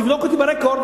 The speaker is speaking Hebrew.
ותבדוק אותי ברקורד,